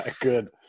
good